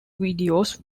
videos